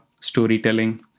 storytelling